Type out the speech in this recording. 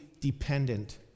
dependent